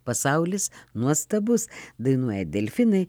pasaulis nuostabus dainuoja delfinai